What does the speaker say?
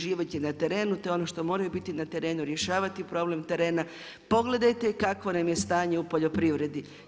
Život je na terenu, to je ono što moraju biti na terenu, rješavati problem trena, pogledajte kakvo nam je stanje u poljoprivredi.